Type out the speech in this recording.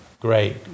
Great